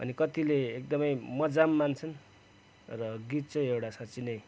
अनि कतिले एकदमै मजा पनि मान्छन् र गीत चाहिँ एउटा साँच्चै नै